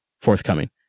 forthcoming